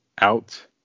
out